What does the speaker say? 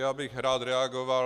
Já bych rád reagoval.